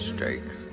Straight